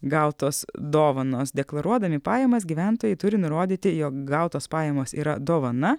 gautos dovanos deklaruodami pajamas gyventojai turi nurodyti jog gautos pajamos yra dovana